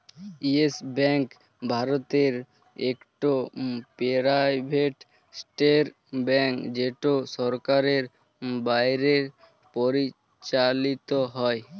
yes bank ভারতের ইকট private sector bank যেট সরকারের বাইরে পরিচালিত হ্যয়